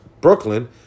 Brooklyn